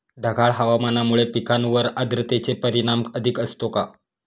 ढगाळ हवामानामुळे पिकांवर आर्द्रतेचे परिणाम अधिक असतो का?